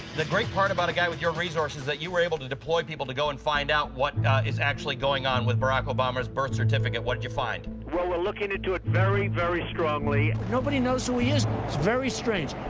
the great part about a guy with your resources that you were able to deploy people to go and find out what is actually going on with barack obama's birth certificate. what did you find? well, we're looking into it very, very strongly. nobody knows who he is. it's very strange.